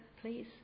please